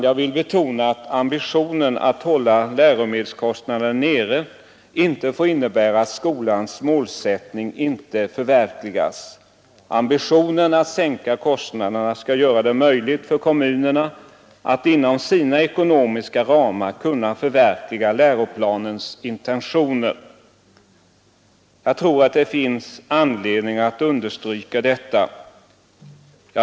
Jag vill betona att ambitionen att hålla läromedelskostnaderna nere inte får innebära att skolans målsättning inte förverkligas. Ambitionen att sänka kostnaderna skall göra det möjligt för kommunerna att inom sina ekonomiska ramar förverkliga läroplanens intentioner. Jag tror det finns anledning att understryka detta.